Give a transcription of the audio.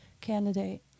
candidate